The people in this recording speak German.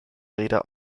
rede